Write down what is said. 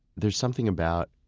there's something about,